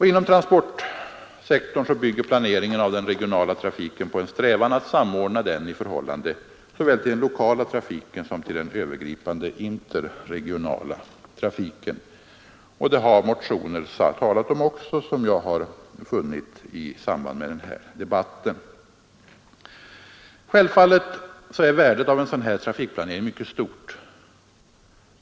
Inom transportsektorn bygger planeringen av den regionala trafiken på en strävan att samordna den i förhållande såväl till den lokala trafiken som till den övergripande interregionala trafiken. Den saken har också tagits upp i motioner. Självfallet är värdet av en sådan trafikplanering mycket stort.